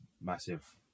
massive